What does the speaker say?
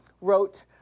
wrote